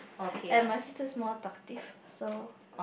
like my sister is more talkative so